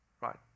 Right